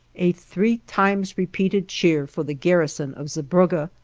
a three times repeated cheer for the garrison of zeebrugge.